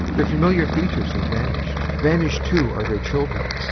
their familiar features have vanished. vanished too are their children.